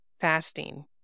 fasting